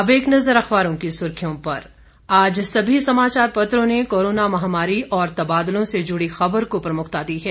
अब एक नज़र अखबारों की सुर्खियों पर आज सभी समाचार पत्रों ने कोरोना महामारी और तबादलों से जुड़ी खबर को प्रमुखता दी है